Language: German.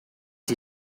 die